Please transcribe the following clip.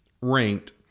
ranked